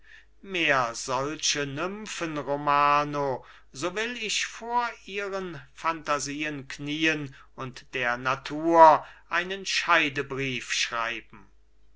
mehr solche nypmhen romano so will ich vor ihren phantasien knien und der natur einen scheidebrief schreiben